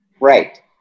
Right